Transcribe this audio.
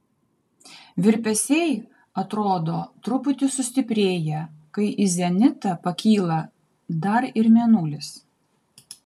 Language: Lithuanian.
virpesiai atrodo truputį sustiprėja kai į zenitą pakyla dar ir mėnulis